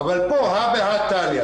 אבל פה הא בהא תליא.